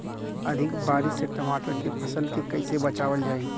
अधिक बारिश से टमाटर के फसल के कइसे बचावल जाई?